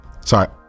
Sorry